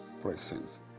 presence